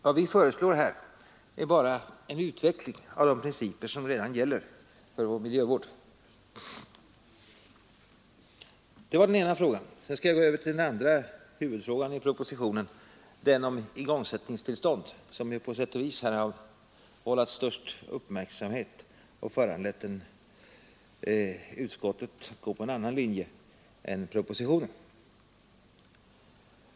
Vad vi föreslår är bara en utveckling av de princer som redan gäller för vår miljövård. Det var den ena frågan. Sedan skall jag gå över till den andra huvudfrågan i propositionen, nämligen den om igångsättningstillstånd. Den frågan har på sätt och vis vållat den största uppmärksamheten här och föranlett att utskottet har gått på en annan linje än propositionen.